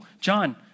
John